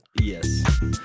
Yes